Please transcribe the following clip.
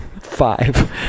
Five